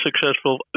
successful